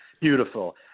beautiful